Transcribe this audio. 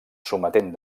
sometent